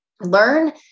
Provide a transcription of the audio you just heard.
learn